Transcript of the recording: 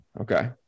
Okay